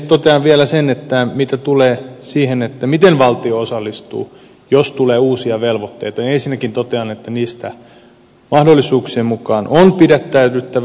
totean vielä sen mitä tulee siihen miten valtio osallistuu jos tulee uusia velvoitteita niin ensinnäkin totean että niistä mahdollisuuksien mukaan on pidättäydyttävä